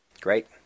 Great